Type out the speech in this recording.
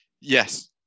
Yes